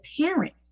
parent